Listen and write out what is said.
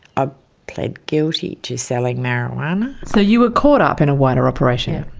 ah pled guilty to selling marijuana. so you were caught up in a wider operation.